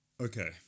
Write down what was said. Okay